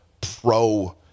pro